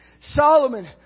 Solomon